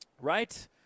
right